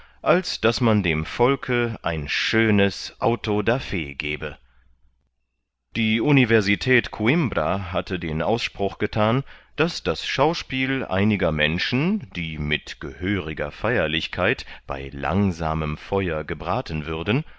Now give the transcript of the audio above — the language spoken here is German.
als daß man dem volke ein schönes auto da fe gebe die universität coimbra hatte den ausspruch gethan daß das schauspiel einiger menschen die mit gehöriger feierlichkeit bei langsamem feuer gebraten würden